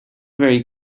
very